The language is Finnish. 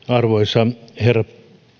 arvoisa herra